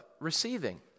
receiving